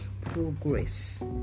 progress